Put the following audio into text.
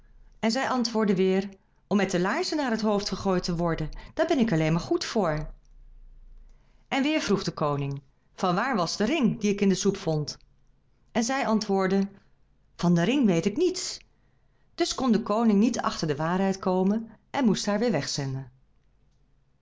en zij antwoordde weêr om met de laarzen naar het hoofd gegooid te worden daar ben ik alleen maar goed voor en weêr vroeg de koning vanwaar was de ring dien ik in de soep vond en zij antwoordde van den ring weet ik niets dus kon de koning niet achter de waarheid komen en moest haar weêr wegzenden